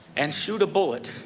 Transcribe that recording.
and shoot a bullet